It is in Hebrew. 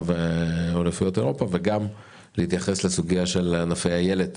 ואליפויות אירופה וגם להתייחס לסוגיה של ענפי אילת.